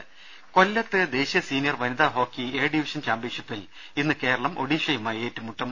ദേദ കൊല്ലത്തു ദേശീയ സീനിയർ വനിതാ ഹോക്കി എ ഡിവിഷൻ ചാമ്പ്യൻഷിപ്പിൽ ഇന്ന് കേരളം ഒഡീഷയുമായി ഏറ്റുമുട്ടും